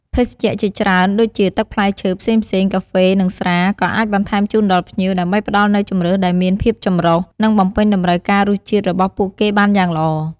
ភេសជ្ជៈជាច្រើនដូចជា ទឹកផ្លែឈើផ្សេងៗ កាហ្វេ និងស្រា ក៏អាចបន្ថែមជូនដល់ភ្ញៀវ ដើម្បីផ្តល់នូវជម្រើសដែលមានភាពចម្រុះ និងបំពេញតម្រូវការរសជាតិរបស់ពួកគេបានយ៉ាងល្អ។